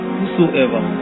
Whosoever